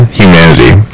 humanity